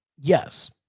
Yes